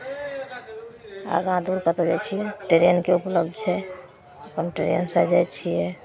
आगाँ दूर कतहु जाइ छियै ट्रेनके उपलब्ध छै अपन ट्रेनसँ जाइ छियै